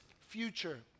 future